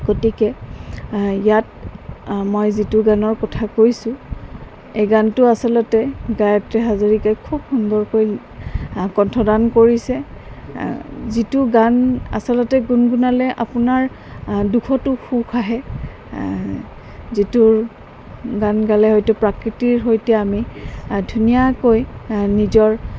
গতিকে ইয়াত মই যিটো গানৰ কথা কৈছোঁ এই গানটো আচলতে গায়ত্ৰী হাজৰিকাই খুব সুন্দৰকৈ কণ্ঠদান কৰিছে যিটো গান আচলতে গুনগুনালে আপোনাৰ দুখটো সুখ আহে যিটোৰ গান গালে হয়তো প্ৰাকৃতিৰ সৈতে আমি ধুনীয়াকৈ নিজৰ